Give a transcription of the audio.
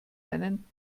nennen